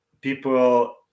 people